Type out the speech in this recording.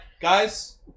guys